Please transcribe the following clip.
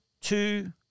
two